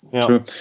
True